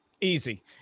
Easy